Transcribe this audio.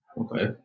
Okay